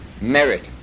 merit